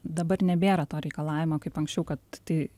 dabar nebėra to reikalavimo kaip anksčiau kad tai